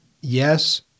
yes